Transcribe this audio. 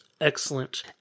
Excellent